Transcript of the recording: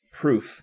proof